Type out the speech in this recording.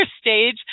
stage